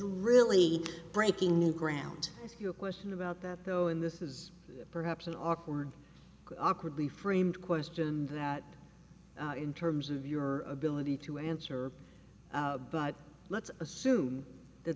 really breaking new ground if your question about that though in this is perhaps an awkward awkwardly framed question that in terms of your ability to answer but let's assume that